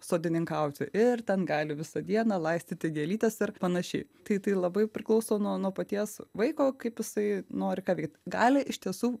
sodininkauti ir ten gali visą dieną laistyti gėlytes ir panašiai tai tai labai priklauso nuo nuo paties vaiko kaip jisai nori ką veikt gali iš tiesų